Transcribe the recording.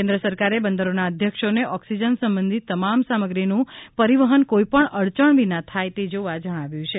કેન્દ્ર સરકારે બંદરોના અધ્યક્ષોને ઓક્સિજન સંબંધી તમામ સામગ્રીનું પરિવહન કોઇપણ અડચણ વિના થાય તે જોવા જણાવ્યું છે